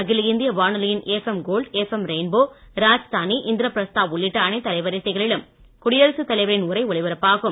அகில இந்திய வானொலியின் F M gold F M rainbow Rajdhani Indraprastha உள்ளிட்ட அனைத்து அலைவரிசைகளிலும் குடியரசுத் தலைவரின் உரை ஒலிபரப்பாகும்